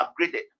upgraded